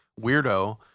weirdo